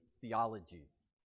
theologies